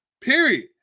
period